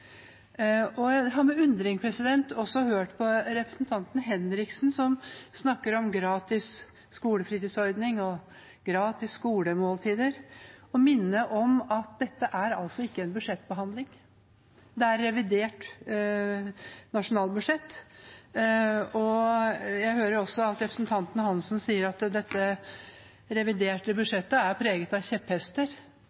Jeg har med undring hørt på representanten Henriksen, som snakker om gratis skolefritidsordning og gratis skolemåltider. Jeg minner om at dette ikke er en budsjettbehandling. Dette er revidert nasjonalbudsjett. Jeg hører også at representanten Hansen sier at dette reviderte